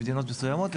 ממדינות מסוימות,